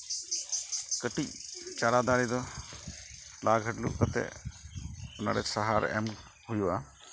ᱠᱟᱹᱴᱤᱡ ᱪᱟᱨᱟ ᱫᱟᱨᱮ ᱫᱚ ᱞᱟ ᱜᱷᱟᱹᱰᱞᱩᱜ ᱠᱟᱛᱮᱫ ᱚᱱᱟᱨᱮ ᱥᱟᱨ ᱮᱢ ᱦᱩᱭᱩᱜᱼᱟ